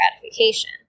gratification